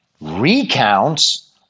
Recounts